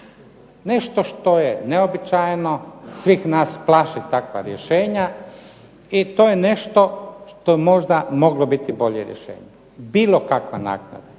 Nešto što je neuobičajeno, svih nas plaši takva rješenja i to je nešto što je možda moglo biti bolje rješenje. Bilo kakva naknada,